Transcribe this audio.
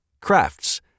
Crafts